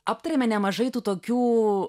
aptarėme nemažai tų tokių